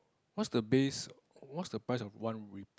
what's the base what's the price of one weep